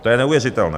To je neuvěřitelné.